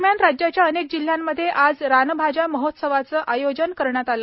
दरम्यान राज्याच्या अनेक जिल्ह्यांमध्ये आज रानभाज्या महोत्सवाचं आयोजन करण्यात आलं